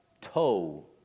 TOE